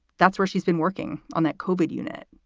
that's where she's been working on that cobbett unit.